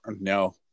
No